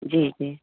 जी जी